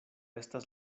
estas